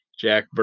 Jack